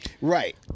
Right